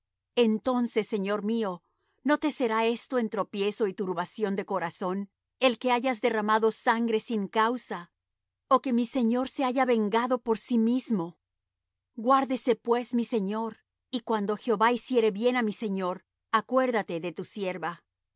entonces señor mío no te será esto en tropiezo y turbación de corazón el que hayas derramado sangre sin causa ó que mi señor se haya vengado por sí mismo guárdese pues mi señor y cuando jehová hiciere bien á mi señor acuérdate de tu sierva